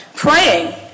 Praying